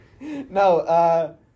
No